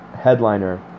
headliner